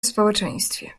społeczeństwie